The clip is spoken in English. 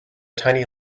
tiny